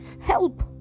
Help